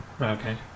Okay